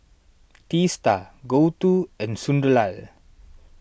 Teesta Gouthu and Sunderlal